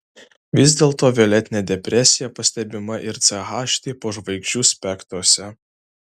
vis dėlto violetinė depresija pastebima ir ch tipo žvaigždžių spektruose